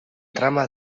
trama